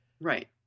right